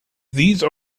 these